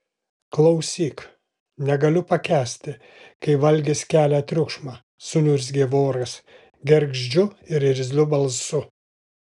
klausyk negaliu pakęsti kai valgis kelia triukšmą suniurzgė voras gergždžiu ir irzliu balsu